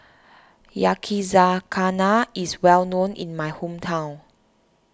Yakizakana is well known in my hometown